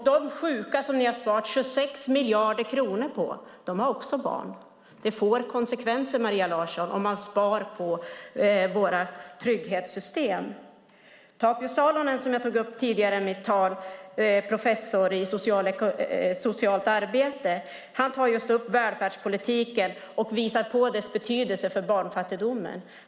De sjuka ni har sparat 26 miljarder kronor på har också barn. Det får konsekvenser, Maria Larsson, om man sparar på våra trygghetssystem. Tapio Salonen, som jag tog upp tidigare och som är professor i socialt arbete, tar just upp välfärdspolitiken och visar på dess betydelse för barnfattigdomen.